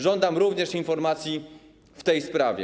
Żądam również informacji w tej sprawie.